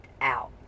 out